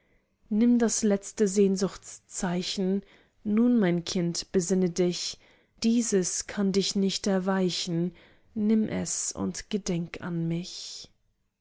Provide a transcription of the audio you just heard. nimm das letzte sehnsuchtszeichen nun mein kind besinne dich dieses kann dich nicht erweichen nimm es und gedenk an mich